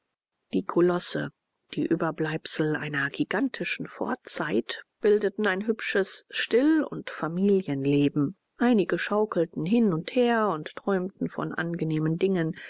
die kolosse die überbleibsel einer gigantischen vorzeit bildeten ein hübsches still und familienleben einige schaukelten hin und her und träumten von angenehmen dingen